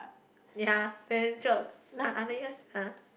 ya ah